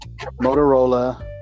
Motorola